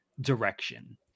direction